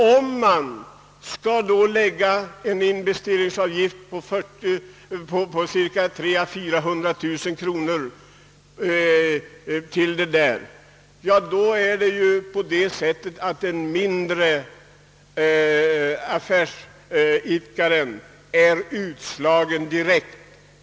Om man skall lägga en investeringsavgift på 300 000—400 000 kronor till den kostnaden, är den mindre affärsidkaren utslagen direkt.